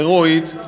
הירואית.